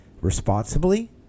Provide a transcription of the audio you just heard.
responsibly